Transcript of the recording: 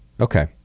Okay